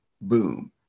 boom